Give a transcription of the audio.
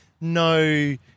No